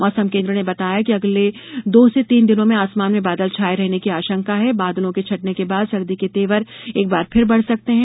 मौसम केन्द्र ने बताया है कि अगले दो से तीन दिनों में आसमान में बादल छाये रहने की आशंका है बादलों के छटने के बाद सर्दी के तेवर एक बार फिर से बढ़ सकते हैं